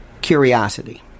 curiosity